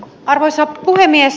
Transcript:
arvoisa puhemies